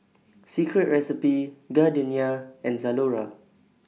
Secret Recipe Gardenia and Zalora